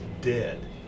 dead